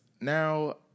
Now